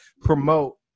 promote